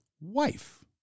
wife